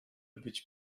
być